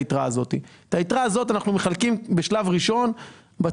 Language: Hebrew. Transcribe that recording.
את היתרה הזאת אנחנו מחלקים בצורה הכי